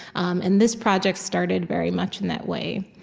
um and this project started, very much, in that way.